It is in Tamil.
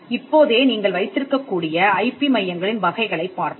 இப்போதே நீங்கள் வைத்திருக்கக்கூடிய ஐபி மையங்களின் வகைகளைப் பார்ப்போம்